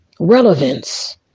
relevance